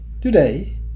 today